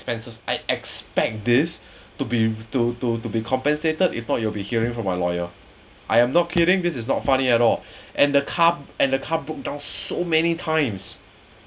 expenses I expect this to be to to to be compensated if not you'll be hearing from my lawyer I'm not kidding this is not funny at all and the car and the car broke down so many times